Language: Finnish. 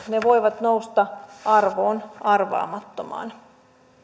ne voivat nousta arvoon arvaamattomaan